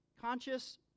conscious